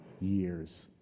years